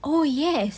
oh yes